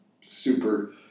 Super